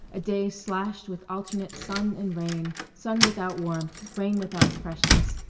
a day slashed with alternate sun and rain, sun without warmth, rain without freshness.